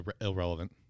irrelevant